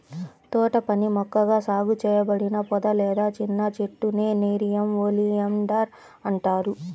తోటపని మొక్కగా సాగు చేయబడిన పొద లేదా చిన్న చెట్టునే నెరియం ఒలియాండర్ అంటారు